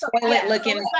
toilet-looking